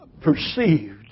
perceived